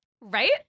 Right